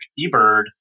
eBird